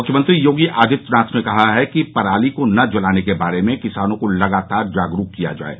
मुख्यमंत्री योगी आदित्यनाथ ने कहा कि पराली को न जलाने के बारे में किसानों को लगातार जागरूक किया जाये